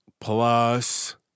plus